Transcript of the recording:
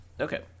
Okay